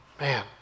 Man